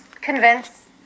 convince